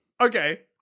okay